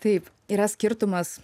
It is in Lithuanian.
taip yra skirtumas